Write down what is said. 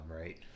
right